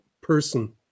person